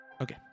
Okay